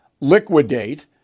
liquidate